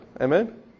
Amen